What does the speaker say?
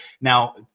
Now